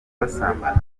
basambana